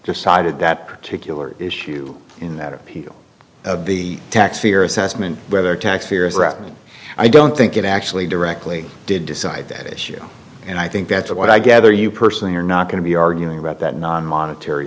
decided that particular issue in that appeal of the tax fear assessment whether tax fear is threatened i don't think it actually directly did decide that issue and i think that's what i gather you personally are not going to be arguing about that non monetary